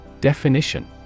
Definition